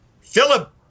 Philip